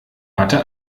watte